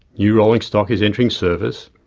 new rolling stock is entering service,